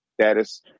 status